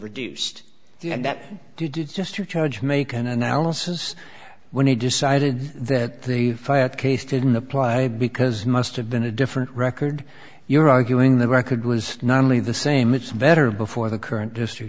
reduced the end that did just to charge make an analysis when he decided that the case didn't apply because must have been a different record you're arguing the record was not only the same it's better before the current district